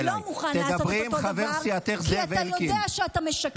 תדברי עם חבר סיעתך זאב אלקין.